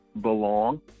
belong